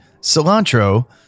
cilantro